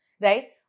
Right